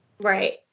Right